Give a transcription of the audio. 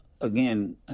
again